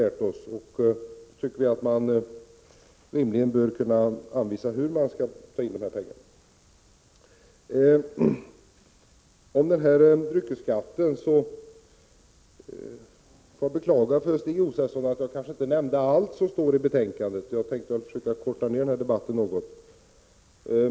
Därför tycker vi att man innan man avskaffar en skatt rimligen bör kunna tala om varifrån pengarna skall tas i stället. Jag beklagar att jag inte nämnde allt som står i betänkandet om dryckesskatten, Stig Josefson. Jag ville försöka korta ned debatten något.